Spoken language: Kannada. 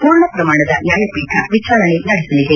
ಪೂರ್ಣಪ್ರಮಾಣದ ನ್ನಾಯಪೀಠ ವಿಚಾರಣೆ ನಡೆಸಲಿದೆ